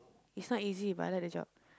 it's not easy but I like the job